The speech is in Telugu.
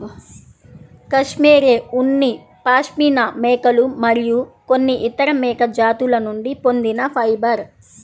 కష్మెరె ఉన్ని పాష్మినా మేకలు మరియు కొన్ని ఇతర మేక జాతుల నుండి పొందిన ఫైబర్